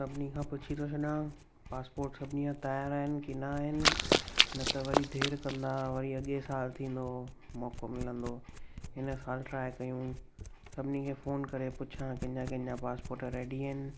सभिनी खां पुछी थो छॾियां पासपोट सभिनी जा तयार आहिनि कि न आहिनि न त वरी देरि कंदा वरी अॻे सालु थींदो मौक़ो मिलंदो हिन सालु ट्राए कयूं सभिनी खे फ़ोन करे पुछां कंहिंजा कंहिंजा पासपोट रेडी आहिनि